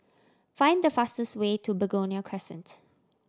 find the fastest way to Begonia Crescent